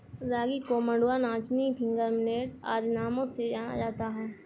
रागी को मंडुआ नाचनी फिंगर मिलेट आदि नामों से जाना जाता है